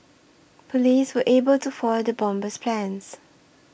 police were able to foil the bomber's plans